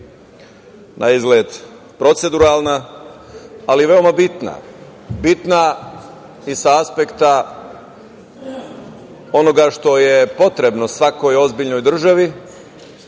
prostoru. Naizgled proceduralna, ali veoma bitna. Bitna i sa aspekta onoga što je potrebno svakoj ozbiljnoj državi,